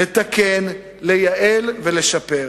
לתקן, לייעל ולשפר.